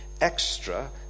extra